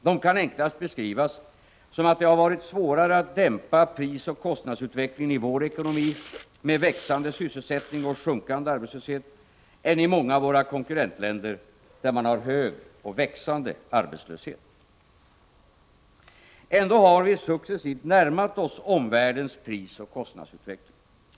De kan enklast beskrivas som att det har varit svårare att dämpa prisoch kostnadsutvecklingen i vår ekonomi, med växande sysselsättning och sjunkande arbetslöshet, än i många av våra konkurrentländer, med hög och växande arbetslöshet. Ändå har vi successivt närmat oss omvärldens prisoch kostnadsutveckling.